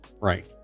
Right